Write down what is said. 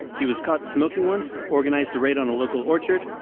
he was caught smoking once, organised a raid on a local orchard,